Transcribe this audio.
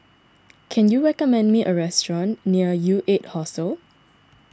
can you recommend me a restaurant near U eight Hostel